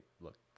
look